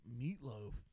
meatloaf